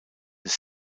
des